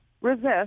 resist